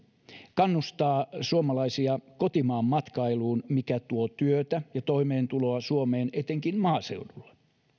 kannustaa suomalaisia kotimaanmatkailuun joka tuo työtä ja toimeentuloa suomeen etenkin maaseudulle